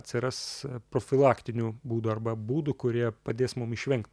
atsiras profilaktinių būdų arba būdų kurie padės mum išvengt